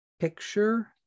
picture